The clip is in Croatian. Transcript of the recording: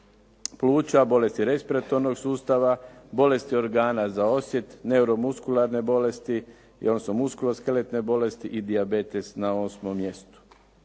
pluća, bolesti respiratornog sustava, bolesti organa za osjet, neuromuskularne bolesti, i odnosno muskulaskeletne bolest i dijabetes na osmom mjestu.